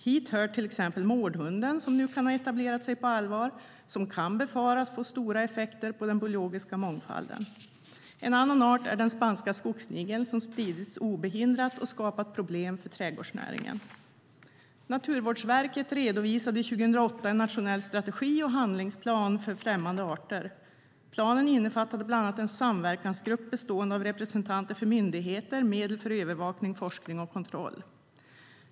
Hit hör till exempel mårdhunden, som nu kan ha etablerat sig på allvar. Den kan befaras få stora effekter för den biologiska mångfalden. En annan art är den spanska skogssnigeln, som spridits obehindrat och skapat problem för trädgårdsnäringen. Naturvårdsverket redovisade 2008 en nationell strategi och handlingsplan för främmande arter. Planen innefattade bland annat en samverkansgrupp bestående av representanter för myndigheter och medel för övervakning, forskning och kontroll.